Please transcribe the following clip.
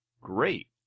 great